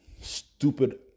stupid